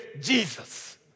Jesus